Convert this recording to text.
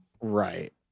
Right